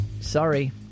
sorry